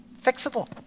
fixable